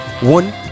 one